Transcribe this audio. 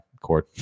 cord